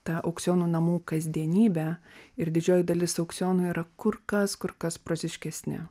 ta aukcionų namų kasdienybę ir didžioji dalis aukcionų yra kur kas kur kas praktiškesni